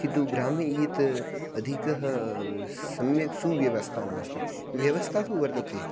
किन्तु ग्रामे यत् अधिकः सम्यक् सुव्यवस्था नास्ति व्यवस्था तु वर्तते